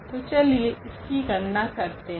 तो चलिए इसकी गणना करते है